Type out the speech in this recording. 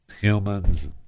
humans